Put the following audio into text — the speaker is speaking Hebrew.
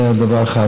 זה דבר אחד.